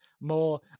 more